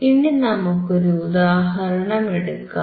ഇനി നമുക്ക് ഒരു ഉദാഹരണം എടുക്കാം